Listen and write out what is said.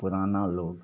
पुराना लोक